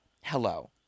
hello